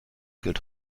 gilt